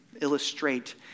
illustrate